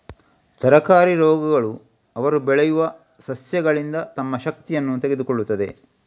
ತರಕಾರಿ ರೋಗಗಳು ಅವರು ಬೆಳೆಯುವ ಸಸ್ಯಗಳಿಂದ ತಮ್ಮ ಶಕ್ತಿಯನ್ನು ತೆಗೆದುಕೊಳ್ಳುತ್ತವೆ